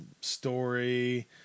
story